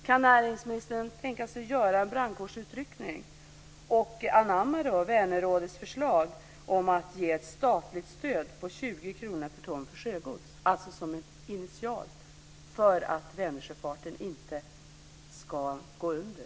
Kan näringsministern tänka sig att göra en brandkårsutryckning och anamma Vänerrådets förslag om att initialt ge ett statligt stöd på 20 kr per ton för sjögods, för att Vänersjöfarten inte ska gå under?